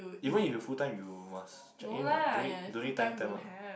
even if you full time you must check in [what] don't need don't need time time ah